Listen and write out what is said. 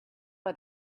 why